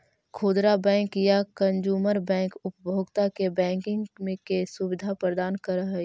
खुदरा बैंक या consumer bank उपभोक्ता के बैंकिंग के सुविधा प्रदान करऽ हइ